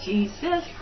Jesus